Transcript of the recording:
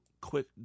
quick